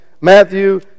Matthew